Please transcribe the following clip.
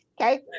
Okay